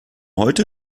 heute